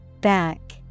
back